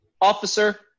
officer